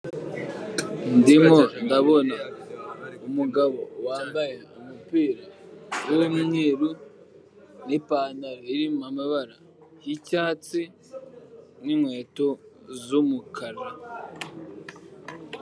Ndimo umugabo wambaye umupira urimo umweru n'ipantaro irimo amabara y'icyatsi n'inkweto z'umukara.